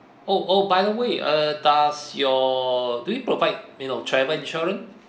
oh oh by the way uh does your do you provide you know travel insurance